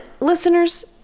listeners